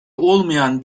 olmayan